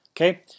okay